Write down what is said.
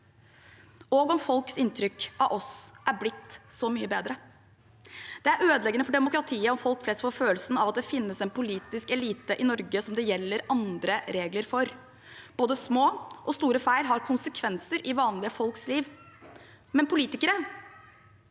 og om folks inntrykk av oss er blitt så mye bedre. Det er ødeleggende for demokratiet om folk flest får følelsen av at det finnes en politisk elite i Norge som det gjelder andre regler for. Både små og store feil har konsekvenser i vanlige folks liv, men politikere